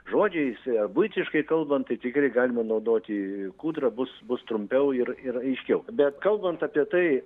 žodžiais buitiškai kalbant tai tikrai galime naudoti kūdrą bus bus trumpiau ir ir aiškiau bet kalbant apie tai